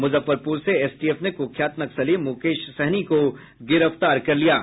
मुजफ्फरपुर से एसटीएफ ने कुख्यात नक्सली मुकेश सहनी को गिरफ्तार किया है